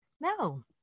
No